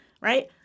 right